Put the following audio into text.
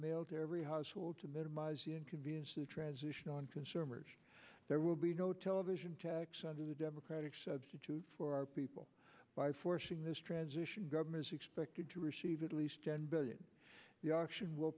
mailed to every household to minimize the inconvenience to the transition on consumers there will be no television tax under the democratic substitute for our people by forcing this transition government is expected to receive at least ten billion the auction w